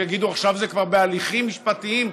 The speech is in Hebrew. שיגידו: עכשיו זה כבר בהליכים משפטיים,